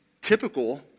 typical